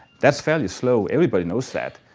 that's fairly slow, everybody knows that.